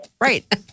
Right